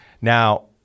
Now